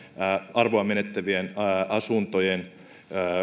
arvoaan menettävien asuntojen